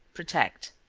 protect.